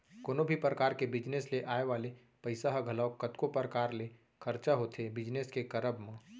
कोनो भी परकार के बिजनेस ले आय वाले पइसा ह घलौ कतको परकार ले खरचा होथे बिजनेस के करब म